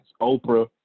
Oprah